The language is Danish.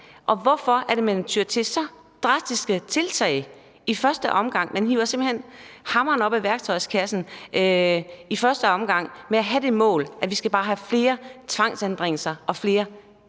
Og hvorfor er det, at man tyr til så drastiske tiltag i første omgang? Man hiver simpelt hen hammeren op af værktøjskassen i første omgang med det mål om, at vi bare skal have flere tvangsanbringelser og flere